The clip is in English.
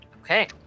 Okay